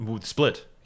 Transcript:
Split